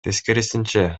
тескерисинче